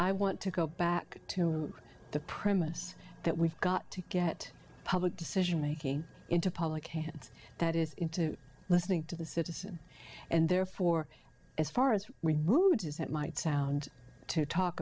i want to go back to the premise that we've got to get public decisionmaking into public hands that is into listening to the citizen and therefore as far as we move is that might sound to talk